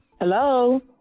Hello